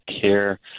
care